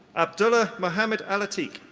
abdullah mohammed alateeq.